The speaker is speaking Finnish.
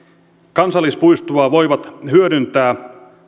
kansallispuistoa voivat voivat hyödyntää